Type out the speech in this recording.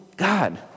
God